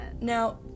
Now